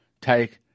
take